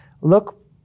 Look